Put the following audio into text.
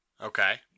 Okay